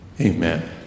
Amen